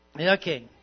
Okay